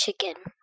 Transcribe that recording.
chicken